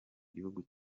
gihugu